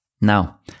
Now